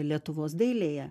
lietuvos dailėje